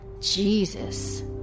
Jesus